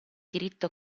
diritto